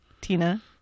Tina